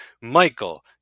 Michael